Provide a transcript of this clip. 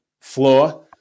floor